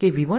કે v1 v1 2 i1